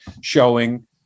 showing